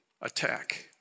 attack